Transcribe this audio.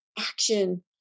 action